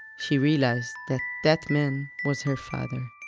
she realized that that man was her father.